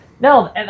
No